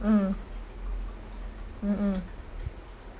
mm mmhmm